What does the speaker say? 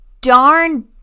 darn